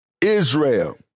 Israel